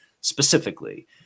specifically